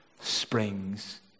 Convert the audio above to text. springs